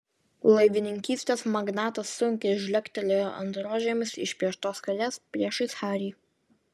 laivininkystės magnatas sunkiai žlegtelėjo ant rožėmis išpieštos kėdės priešais harį